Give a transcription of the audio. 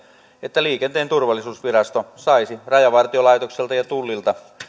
että liikenteen turvallisuusvirasto saisi rajavartiolaitokselta ja tullilta